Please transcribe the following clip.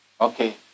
Okay